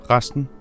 Resten